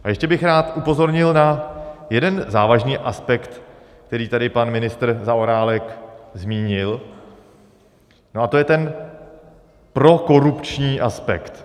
A ještě bych rád upozornil na jeden závažný aspekt, který tady pan ministr Zaorálek zmínil, to je ten prokorupční aspekt.